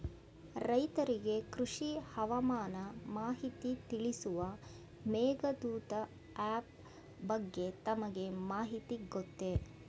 ರೈತರಿಗೆ ಕೃಷಿ ಹವಾಮಾನ ಮಾಹಿತಿ ತಿಳಿಸುವ ಮೇಘದೂತ ಆಪ್ ಬಗ್ಗೆ ತಮಗೆ ಮಾಹಿತಿ ಗೊತ್ತೇ?